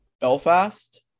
Belfast